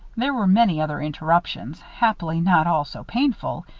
there were many other interruptions, happily not all so painful,